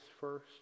first